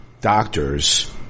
doctors